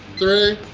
three.